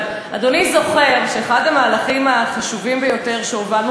אבל אדוני זוכר שאחד המהלכים החשובים ביותר שהובלנו